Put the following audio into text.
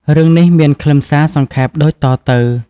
រឿងនេះមានខ្លឹមសារសង្ខេបដូចតទៅ។